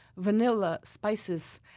vanilla, spices,